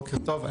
בוקר טוב,